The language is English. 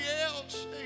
else